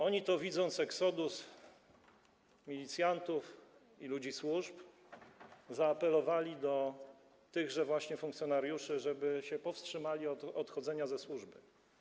Oni to, widząc exodus milicjantów i ludzi służb, zaapelowali do tychże funkcjonariuszy, żeby się powstrzymali od odchodzenia ze służby.